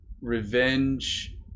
revenge